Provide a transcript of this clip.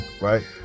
Right